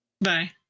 Bye